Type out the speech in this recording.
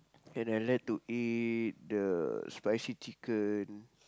and I like to eat the spicy chicken